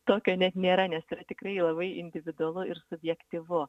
tokio net nėra nes yra tikrai labai individualu ir subjektyvu